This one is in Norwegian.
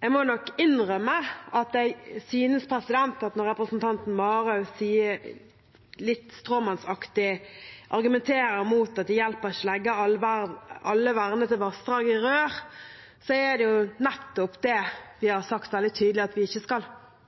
Jeg må nok innrømme at når representanten Marhaug, litt stråmannsaktig, argumenterer med at det ikke hjelper å legge alle vernede vassdrag i rør, synes jeg det nettopp er det vi har sagt veldig tydelig at vi ikke skal.